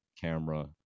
camera